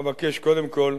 אבקש קודם כול,